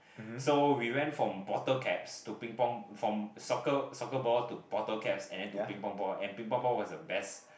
so we went from bottle caps to Ping Pong from soccer soccer ball to bottle caps and then to Ping Pong ball and Ping Pong ball was the best